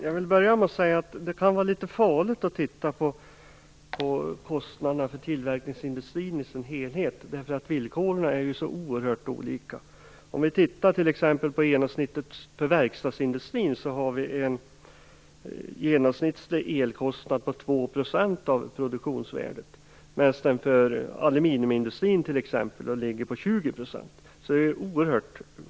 Fru talman! Det kan vara litet farligt att titta på kostnaderna för tillverkningsindustrin i sin helhet, eftersom villkoren är så oerhört olika. Den genomsnittliga elkostnaden för verkstadsindustrin ligger t.ex. på 2 % av produktionsvärdet, medan den för aluminiumindustrin ligger på 20 %.